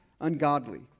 ungodly